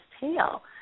tail